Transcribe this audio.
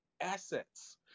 assets